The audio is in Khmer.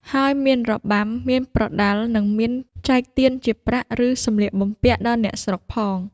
ហើយមានរបាំ មានប្រដាល់ និងមានចែកទានជាប្រាក់ ឬសំលៀកបំពាក់ដល់អ្នកស្រុកផង ។